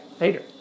Later